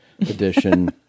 Edition